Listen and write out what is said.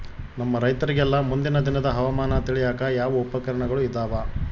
ನಮ್ಮ ರೈತರಿಗೆಲ್ಲಾ ಮುಂದಿನ ದಿನದ ಹವಾಮಾನ ತಿಳಿಯಾಕ ಯಾವ ಉಪಕರಣಗಳು ಇದಾವ?